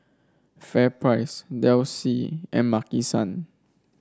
FairPrice Delsey and Maki San